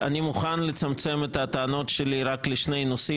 אני מוכן לצמצם את הטענות שלי רק לשני נושאים